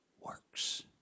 works